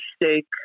mistake